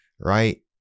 Right